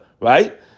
right